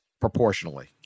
proportionally